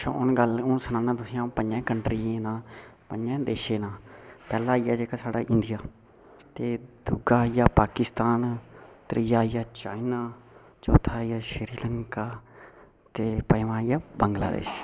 सुनो हून गल्ल हून सनाना तुसें ई अ'ऊं पंञें कन्ट्रियें दे नांऽ पंञें देशें दे नांऽ पैह्ला आइया जेह्का साढ़ा इंडिया ते दूआ आइया पाकिस्तान त्रिया आइया चाइना चौथा आइया श्रीलंका ते पंञमां आइया बंगलादेश